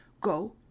Go